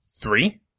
three